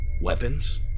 weapons